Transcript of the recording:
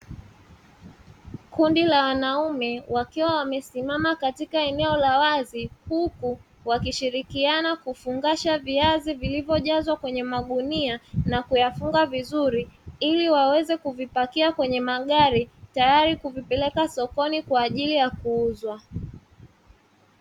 Kundi la wanaume wakiwa wamesimama katika eneo la wazi, huku wakishirikiana kufungasha viazi vilivyojazwa kwenye magunia na kuyafunga vizuri, ili waweze kuvipakia kwenye magari tayari kuvipeleka sokoni kwa ajili ya kuuzwa.